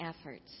efforts